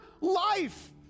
life